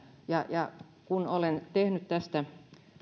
ja ja kun olen tehnyt tästä